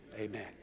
Amen